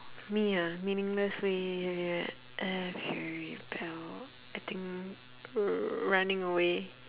me ah meaningless way I have rebelled I think running away